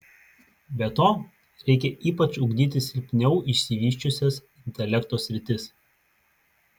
be to reikia ypač ugdyti silpniau išsivysčiusias intelekto sritis